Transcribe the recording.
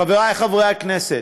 חברי חברי הכנסת,